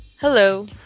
Hello